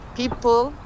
people